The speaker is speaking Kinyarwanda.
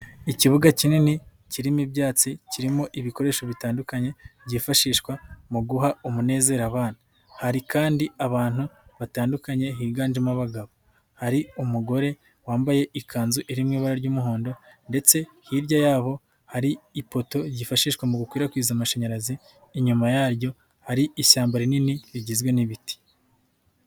Ikibuga kinini kirimo ibyatsi, kirimo ibikoresho bitandukanye byifashishwa mu guha umunezero abana, hari kandi abantu batandukanye higanjemo abagabo, hari umugore wambaye ikanzu iri mu iba ry'umuhondo ndetse hirya yabo hari ifoto yifashishwa mu gukwirakwiza amashanyarazi, inyuma yaryo hari ishyamba rinini rigizwe n'ibiti.